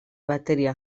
bateria